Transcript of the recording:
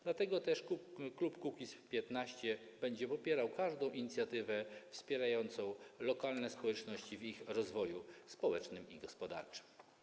Dlatego też klub Kukiz’15 będzie popierał każdą inicjatywę wspierającą lokalne społeczności w ich rozwoju społecznym i gospodarczym.